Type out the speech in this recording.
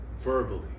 verbally